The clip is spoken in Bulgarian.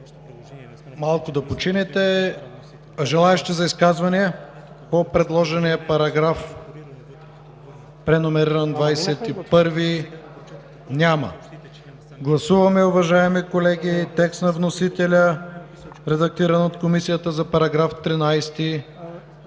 Малко да починете. Желаещи за изказване по предложения параграф, преномериран в 21-ви? Няма. Гласуваме, уважаеми колеги, текст на вносителя, редактиран от Комисията, за § 13.